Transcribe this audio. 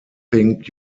think